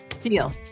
Deal